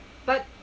but